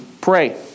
pray